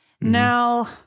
Now